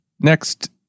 next